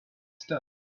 stopped